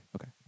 okay